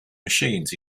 machines